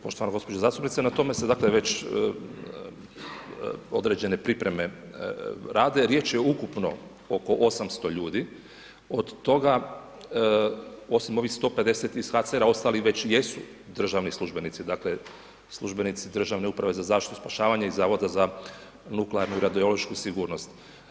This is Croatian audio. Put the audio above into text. Poštovana gospođo zastupnice, na tome se dakle već određene pripreme rade, riječ je ukupno oko 800 ljudi, od toga osim ovih 150 ih HCR ostali već jesu državni službenici dakle službenici Državne uprave za zaštitu i spašavanje i Zavoda za nuklearnu i radiološku sigurnost.